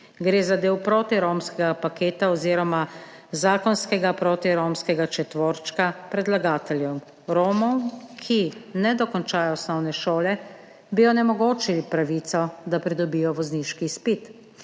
Gre za del protiromskega paketa oziroma zakonskega protiromskega četverčka predlagateljev – Romom, ki ne dokončajo osnovne šole, bi onemogočili pravico, da pridobijo vozniški izpit.